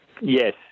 Yes